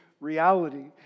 reality